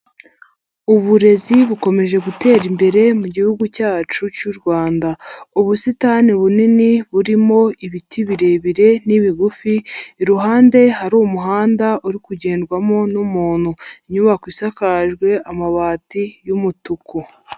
Uburezi bukomeje gutera imbere mu mugi cyacu cy'u Rwanda. Ubusitani bunini burimo ibiti birebire n'ibigufi, iruhande hari umuhanda uri kugendwamo n'umuntu. Inyubako isakajwe amabati y'umutuku.